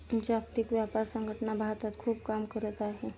जागतिक व्यापार संघटना भारतात खूप काम करत आहे